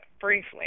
briefly